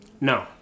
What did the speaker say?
No